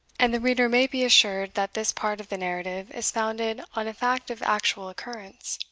and the reader may be assured, that this part of the narrative is founded on a fact of actual occurrence.